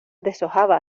deshojaba